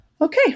okay